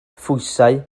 phwysau